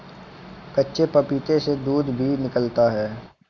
कच्चे पपीते से दूध भी निकलता है